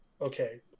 Okay